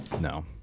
No